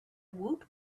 woot